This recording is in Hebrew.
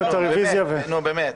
נו באמת,